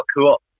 cool